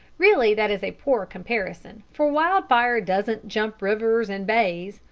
really, that is a poor comparison, for wildfire doesn't jump rivers and bays,